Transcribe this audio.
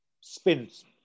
spins